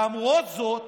למרות זאת